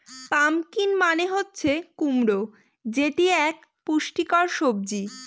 pumpkin মানে হচ্ছে কুমড়ো যেটি এক পুষ্টিকর সবজি